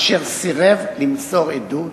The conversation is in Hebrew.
אשר סירב למסור עדות,